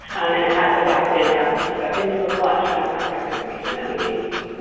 and it has adapted um into into a collection of contact information that we maintain.